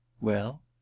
Well